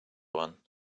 one